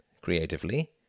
creatively